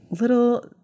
little